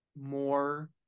more